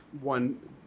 one